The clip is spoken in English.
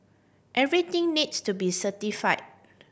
everything needs to be certify